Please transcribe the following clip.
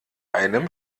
einem